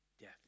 death